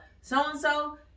So-and-so